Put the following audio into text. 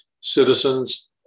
citizens